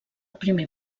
primer